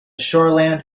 shoreland